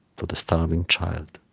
to the starving child,